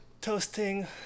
Toasting